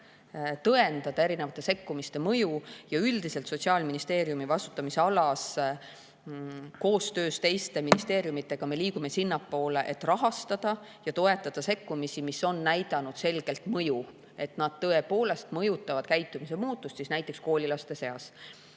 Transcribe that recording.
tõendada erinevate sekkumiste mõju ja üldiselt liigume me Sotsiaalministeeriumi vastutusalas koostöös teiste ministeeriumidega sinnapoole, et rahastada ja toetada sekkumisi, mis on näidanud selgelt mõju, mis tõepoolest mõjutavad käitumise muutust näiteks koolilaste seas.